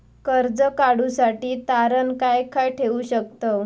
कर्ज काढूसाठी तारण काय काय ठेवू शकतव?